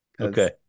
Okay